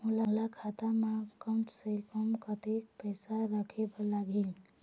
मोला खाता म कम से कम कतेक पैसा रखे बर लगही?